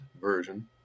Version